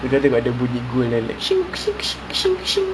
dia orang kena ada bunyi gold kan like